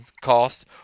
cost